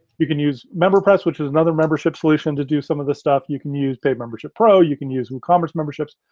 you can use memberpress, which is another membership solution to do some of this stuff. you can use paid membership pro. you can use woocommerce memberships.